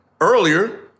earlier